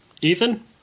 Ethan